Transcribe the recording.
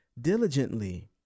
diligently